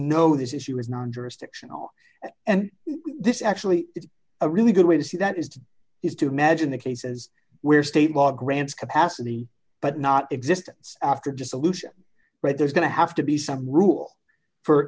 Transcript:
know this issue is non jurisdictional and this actually is a really good way to see that is to is to imagine the cases where state law grants capacity but not existence after just aleutian right there's going to have to be some rule for